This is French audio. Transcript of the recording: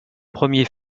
premier